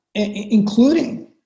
including